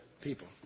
people